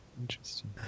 Interesting